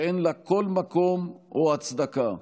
שאין לה כל מקום או הצדקה.